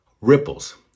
Ripples